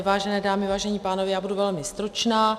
Vážené dámy, vážení pánové, budu velmi stručná.